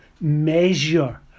measure